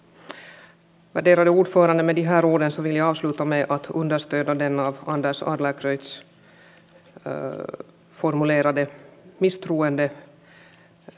med de här orden vill jag avsluta med att understöda det av anders adlercreutz formulerade misstroendevotumet mot regeringen